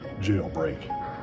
Jailbreak